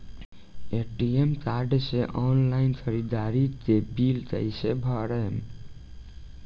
ATM card से online ख़रीदारी के बिल कईसे भरेम?